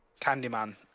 Candyman